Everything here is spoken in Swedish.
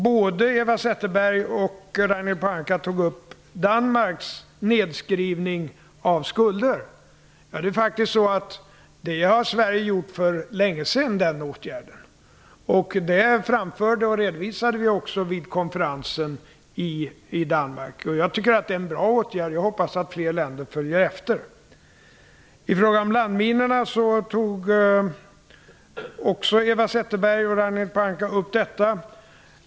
Både Eva Zetterberg och Ragnhild Pohanka tog upp Danmarks nedskrivning av skulder. Men den åtgärden har Sverige faktiskt vidtagit för länge sedan. Det redovisade jag också på konferensen i Danmark. Jag tycker att det är en bra åtgärd, och jag hoppas att fler länder följer efter. Också frågan om landminor tog Eva Zetterberg och Ragnhild Pohanka upp.